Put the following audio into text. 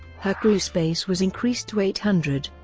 her crew space was increased to eight hundred.